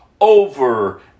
over